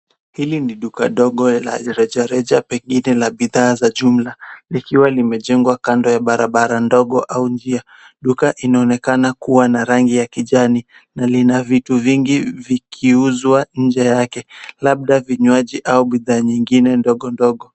Hili ni duka dogo la reja reja pengine la bidhaa za jumla, likiwa nimejengwa kando ya barabara ndogo au njia, duka inaonekana kuwa na rangi ya kijani, na lina vitu vingi vikiuzwa nje yake, labda vinywaji au bidhaa nyingine ndogo ndogo.